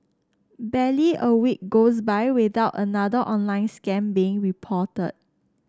barely a week goes by without another online scam being reported